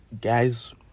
guys